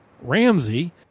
Ramsey